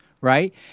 right